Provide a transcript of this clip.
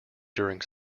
during